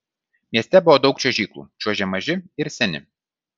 mieste buvo daug čiuožyklų čiuožė maži ir seni